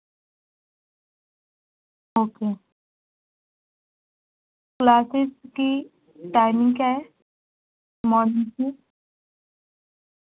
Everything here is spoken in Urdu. اوکے کلاسیز کی ٹائمنگ کیا ہے مارنگ کی